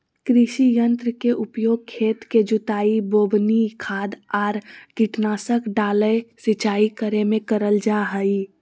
कृषि यंत्र के उपयोग खेत के जुताई, बोवनी, खाद आर कीटनाशक डालय, सिंचाई करे मे करल जा हई